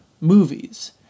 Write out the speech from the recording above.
movies